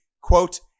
quote